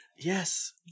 Yes